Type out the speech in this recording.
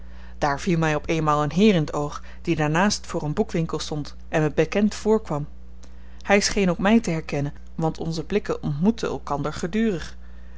daar viel my op eenmaal een heer in t oog die daarnaast voor een boekwinkel stond en me bekend voorkwam hy scheen ook my te herkennen want onze blikken ontmoetten elkander gedurig